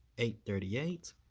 eight thirty eight